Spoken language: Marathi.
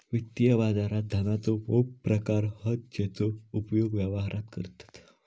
वित्तीय बाजारात धनाचे मोप प्रकार हत जेचो उपयोग व्यवहारात करतत